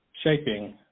shaping